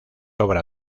obra